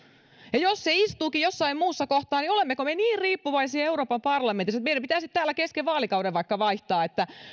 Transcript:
jos se istuukin jossain muussa kohtaa niin olemmeko me niin riippuvaisia euroopan parlamentista että meidän pitäisi täällä vaikka kesken vaalikauden vaihtaa järjestystä